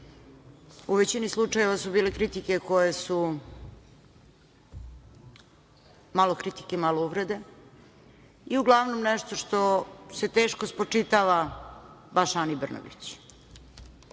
u većini slučajeva su bile kritike koje su malo kritike, malo uvrede i uglavnom nešto što se teško spočitava baš Ani Brnabić.